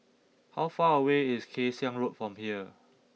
how far away is Kay Siang Road from here